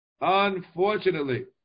Unfortunately